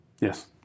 Yes